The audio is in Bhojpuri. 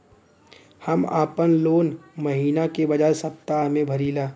हम आपन लोन महिना के बजाय सप्ताह में भरीला